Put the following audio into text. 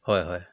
হয় হয়